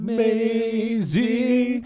Amazing